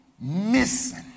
missing